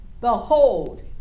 behold